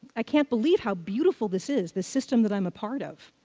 i can't believe how beautiful this is, the system that i'm a part of.